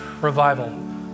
revival